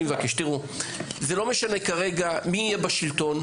תראו, זה לא משנה, כרגע, מי יהיה בשלטון.